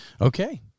Okay